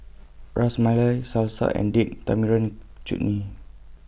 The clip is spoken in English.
Ras Malai Salsa and Date Tamarind Chutney